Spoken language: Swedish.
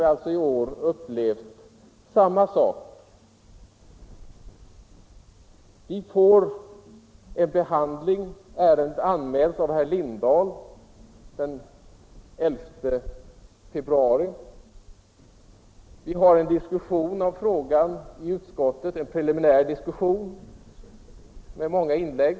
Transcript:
I år har vi nu upplevt samma sak. Ärendet anmäldes av herr Lindahl i Hamburgsund den 11 februari, och vi hade i utskottet en preliminär diskussion med många inlägg.